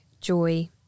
joy